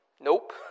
Nope